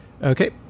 Okay